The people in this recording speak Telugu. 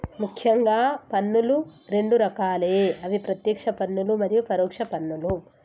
ముఖ్యంగా పన్నులు రెండు రకాలే అవి ప్రత్యేక్ష పన్నులు మరియు పరోక్ష పన్నులు